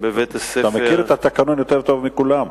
אתה מכיר את התקנון יותר טוב מכולם.